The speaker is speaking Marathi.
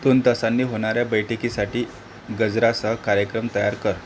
दोन तासांनी होणाऱ्या बैठकीसाठी गजरासह कार्यक्रम तयार कर